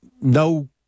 no